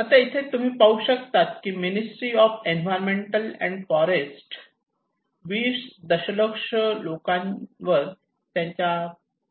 आता इथे तुम्ही पाहू शकतात की ministry of environmental and forest 20 दशलक्ष लोकांवर त्यांच्या